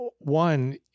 One